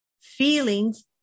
Feelings